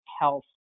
health